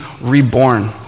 reborn